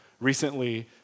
Recently